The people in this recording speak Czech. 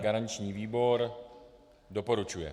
Garanční výbor doporučuje.